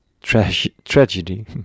tragedy